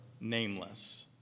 nameless